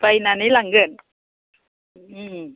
बायनानै लांगोन उम